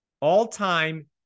All-time